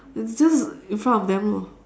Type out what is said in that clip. it's just in front of them lor